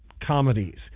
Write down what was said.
comedies